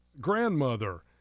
grandmother